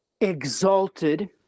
exalted